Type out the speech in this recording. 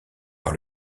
par